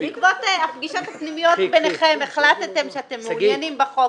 בעקבות הפגישות הפנימיות ביניכם החלטתם שאתם מעוניינים בחוק?